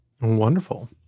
Wonderful